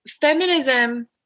feminism